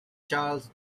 charles